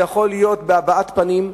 זה יכול להיות בהבעת פנים,